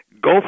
go